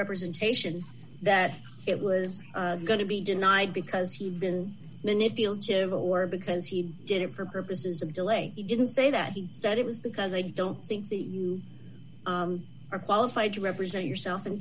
representation that it was going to be denied because he's been manipulative or because he did it for purposes of delay he didn't say that he said it was because they don't think the you are qualified to represent yourself and